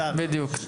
בדיוק.